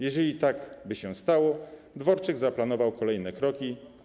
Jeżeli tak by się stało, Dworczyk zaproponował kolejne kroki.